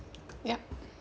yup